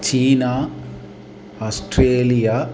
China Australia